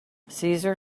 caesar